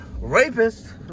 rapist